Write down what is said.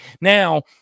now